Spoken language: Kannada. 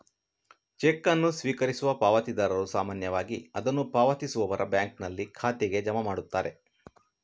ಚೆಕ್ ಅನ್ನು ಸ್ವೀಕರಿಸುವ ಪಾವತಿದಾರರು ಸಾಮಾನ್ಯವಾಗಿ ಅದನ್ನು ಪಾವತಿಸುವವರ ಬ್ಯಾಂಕಿನಲ್ಲಿ ಖಾತೆಗೆ ಜಮಾ ಮಾಡುತ್ತಾರೆ